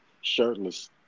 shirtless